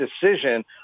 decision